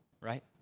right